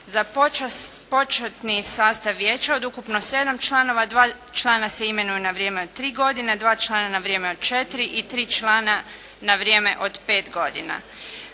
Za početni sastav vijeća od ukupno sedam članova dva člana se imenuju na vrijeme od tri godine, dva člana na vrijeme od četiri i tri člana na vrijeme od pet godina.